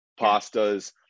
pastas